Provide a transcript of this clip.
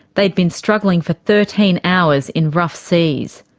they had been struggling for thirteen hours in rough seas.